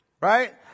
right